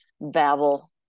babble